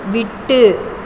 விட்டு